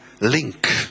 link